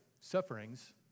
sufferings